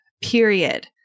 period